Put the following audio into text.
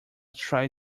try